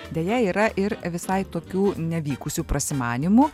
deja yra ir visai tokių nevykusių prasimanymų